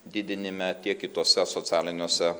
didinime tiek kituose socialiniuose